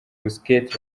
busquets